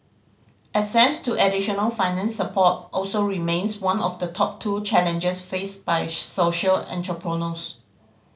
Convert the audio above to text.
access to additional finance support also remains one of the top two challenges faced by social entrepreneurs